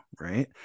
right